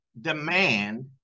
demand